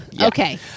okay